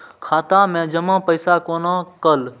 खाता मैं जमा पैसा कोना कल